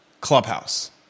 clubhouse